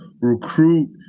recruit